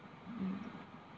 mm